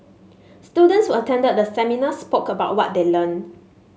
students who attended the seminar spoke about what they learned